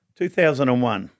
2001